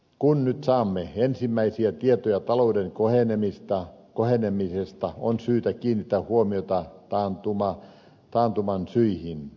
kun nyt saamme ensimmäisiä tietoja talouden kohenemisesta on syytä kiinnittää huomiota taantuman syihin